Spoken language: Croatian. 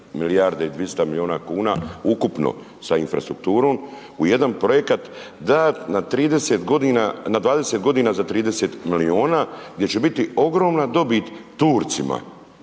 milijarde i 200 milijuna kuna ukupno sa infrastrukturom u jedan projekat da na 30 godina, na 20 godina za 30 milijuna, gdje će biti ogromna dobit Turcima.